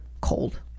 cold